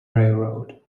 railroad